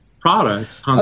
products